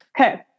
Okay